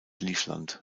livland